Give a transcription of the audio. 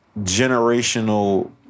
generational